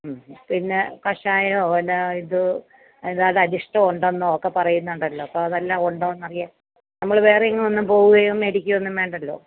ഉം പിന്നെ കഷായമോ വല്ല ഇതോ അരിഷ്ടം ഉണ്ടെന്ന് ഒക്കെ പറയുന്നുണ്ടല്ലോ അപ്പം അതെല്ലാം ഉണ്ടോ എന്ന് അറിയാൻ നമ്മള് വേറെ എങ്ങും ഒന്നും പോകുകയോ മേടിക്കുകയോ ഒന്നും വേണ്ടല്ലോ